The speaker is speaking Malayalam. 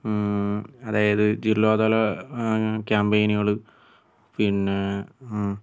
അതായത് ജില്ലാതല ക്യാംപെയിനുകൾ പിന്നെ